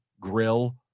grill